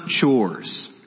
chores